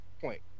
point